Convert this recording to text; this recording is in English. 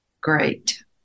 Great